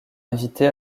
invité